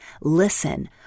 Listen